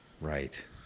Right